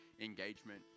engagement